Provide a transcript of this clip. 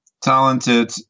talented